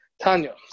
Tanya